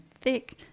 thick